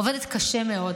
עובדת קשה מאוד,